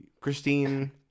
christine